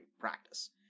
practice